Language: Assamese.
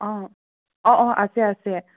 অ অ অ আছে আছে